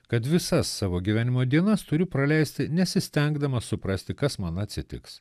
kad visas savo gyvenimo dienas turiu praleisti nesistengdamas suprasti kas man atsitiks